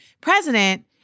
president